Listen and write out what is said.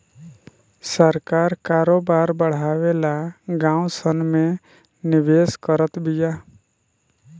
सरकार करोबार बड़ावे ला गाँव सन मे निवेश करत बिया